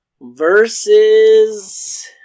versus